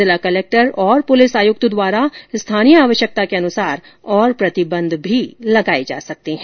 जिला कलेक्टर और पुलिस आयुक्त द्वारा स्थानीय आवश्यकता के अनुसार और प्रतिबन्ध लगाए जा सकते हैं